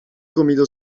comido